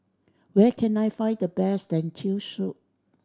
where can I find the best Lentil Soup